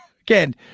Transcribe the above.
again